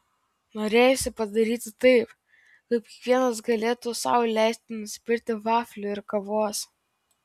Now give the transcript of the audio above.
norėjosi padaryti taip kad kiekvienas galėtų sau leisti nusipirkti vaflių ir kavos